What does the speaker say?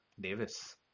Davis